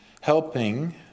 helping